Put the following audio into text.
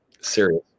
serious